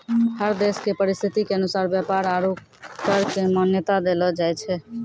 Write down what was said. हर देश के परिस्थिति के अनुसार व्यापार आरू कर क मान्यता देलो जाय छै